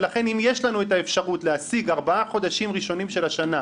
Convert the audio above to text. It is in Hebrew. ולכן אם יש לנו את האפשרות להשיג ארבעה חודשים ראשונים של השנה,